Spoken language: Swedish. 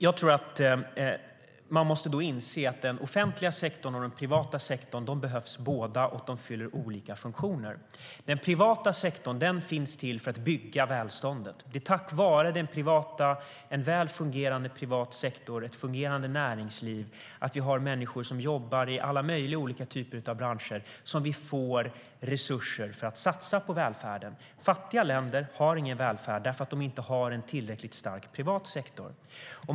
Jag tror att man måste inse att den offentliga sektorn och den privata sektorn behövs båda två och fyller olika funktioner. Den privata sektorn finns till för att bygga välståndet. Det är tack vare en väl fungerande privat sektor, ett fungerande näringsliv och att vi har människor som jobbar i alla möjliga olika typer av branscher som vi får resurser till att satsa på välfärden. Fattiga länder har ingen välfärd eftersom de inte har en tillräckligt stark privat sektor.